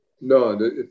no